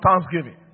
Thanksgiving